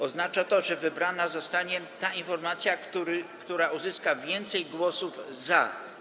Oznacza to, że wybrana zostanie ta informacja, która uzyska więcej głosów za.